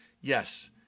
yes